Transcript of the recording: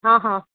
હા હા